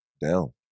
Down